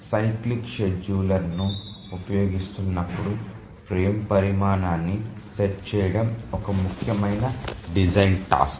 cyclic షెడ్యూలర్ను ఉపయోగిస్తున్నప్పుడు frame పరిమాణాన్ని సెట్ చేయడం ఒక ముఖ్యమైన డిజైన్ టాస్క్